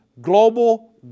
global